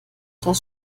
das